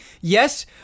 yes